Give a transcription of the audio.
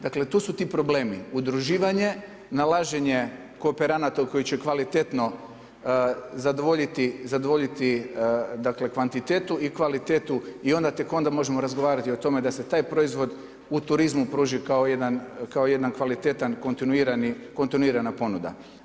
Dakle, tu su ti problemi udruživanje, nalaženje kooperanata koji će kvalitetno zadovoljiti kvantitetu i kvalitetu i onda tek onda možemo razgovarati o tome da se taj proizvod u turizmu pruži kao jedan kvalitetan kontinuirani, kontinuirana ponuda.